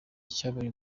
cyabonye